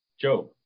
Job